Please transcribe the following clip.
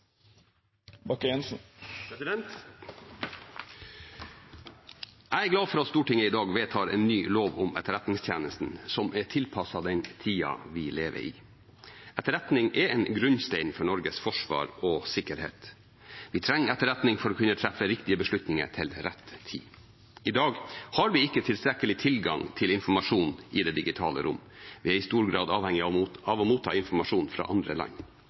glad for at Stortinget i dag vedtar en ny lov om Etterretningstjenesten som er tilpasset den tida vi lever i. Etterretning er en grunnstein for Norges forsvar og sikkerhet. Vi trenger etterretning for å kunne treffe riktige beslutninger til rett tid. I dag har vi ikke tilstrekkelig tilgang til informasjon i det digitale rom. Vi er i stor grad avhengige av å motta informasjon fra andre land.